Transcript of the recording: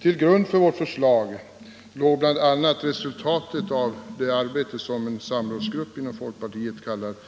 Till grund för våra förslag har legat bl.a. resultatet av det arbete som redovisades av en samrådsgrupp inom folkpartiet, vilken arbetade under temat